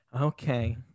Okay